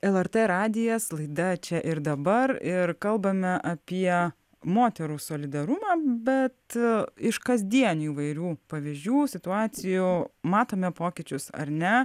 lrt radijas laida čia ir dabar ir kalbame apie moterų solidarumą bet iš kasdienių įvairių pavyzdžių situacijų matome pokyčius ar ne